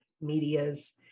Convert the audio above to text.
medias